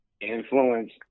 influence